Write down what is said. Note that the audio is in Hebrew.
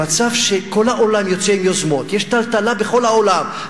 במצב שכל העולם יוצא עם יוזמות ויש טלטלה בכל העולם,